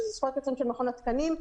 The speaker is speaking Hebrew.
שזה זכויות יוצרים של מכון התקנים.